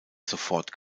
sofort